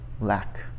lack